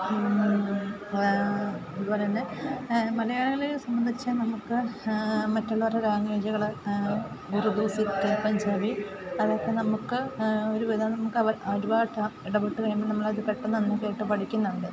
അതുപോലെന്നെ മലയാളിയെ സംബന്ധിച്ച് നമുക്ക് മറ്റുള്ളവരുടെ ലാംഗ്വേജുകളെ ഉറുദു സിക്ക് പഞ്ചാബി അതൊക്കെ നമുക്ക് ഒരു വിധം നമുക്ക് ഒരുപാട് ഇടപെട്ടു കഴിയുമ്പോൾ നമ്മളത് പെട്ടെന്നുതന്നെ കേട്ട് പഠിക്കുന്നുണ്ട്